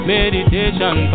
Meditation